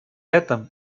этом